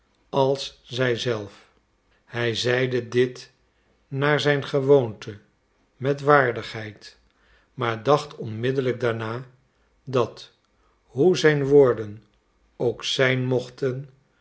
als zij zelf hij zeide dit naar zijn gewoonte met waardigheid maar dacht onmiddellijk daarna dat hoe zijn woorden ook zijn mochten